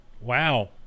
Wow